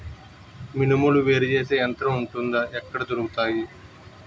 మినుములు వేరు చేసే యంత్రం వుంటుందా? ఎక్కడ దొరుకుతాయి?